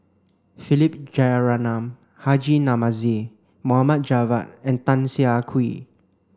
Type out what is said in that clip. Philip Jeyaretnam Haji Namazie Mohd Javad and Tan Siah Kwee